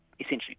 essentially